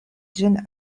ĝin